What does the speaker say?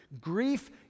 Grief